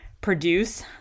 produce